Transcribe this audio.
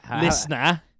Listener